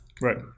right